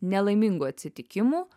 nelaimingų atsitikimų